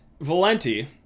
Valenti